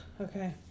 okay